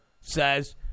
says